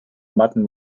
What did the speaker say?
mutton